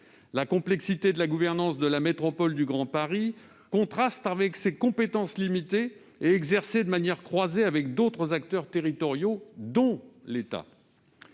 La complexité de la gouvernance de la métropole du Grand Paris contraste avec ses compétences limitées et exercées de manière croisée avec d'autres acteurs territoriaux, dont l'État.